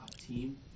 team